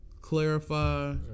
clarify